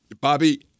bobby